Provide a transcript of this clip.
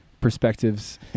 perspectives